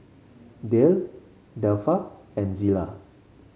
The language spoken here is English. Dayle Delpha and Zela